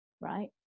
right